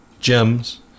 gems